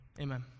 amen